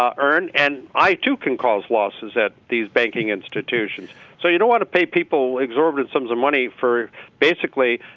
um earned and itu kan calls losses that these banking institutions so you know what a pay people leagues orbits of the money for basically